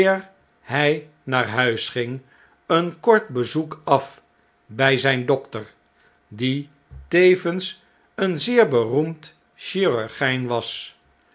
hg eerhn'naar huis ging een kort bezoek af bij zgn dokter die tevens een zeer beroemd chirurgyn was